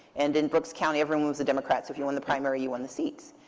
and in brooks county, everyone was a democrat, so if you won the primary, you won the seats.